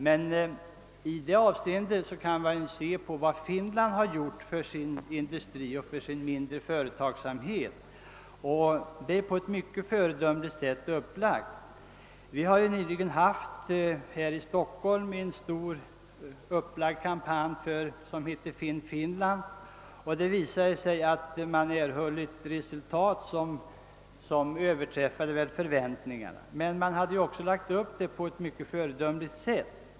Men i det avseendet kan man se på vad Finland har gjort för sin mindre företagsamhet. Där är det upp lagt på ett mycket föredömligt sätt. Vi har nyligen i Stockholm haft en stort upplagd kampanj som hette »Finn Finland». Det visade sig att man erhöll ett resultat som överträffade förväntningarna. Men man hade också lagt upp det på ett mycket föredömligt sätt.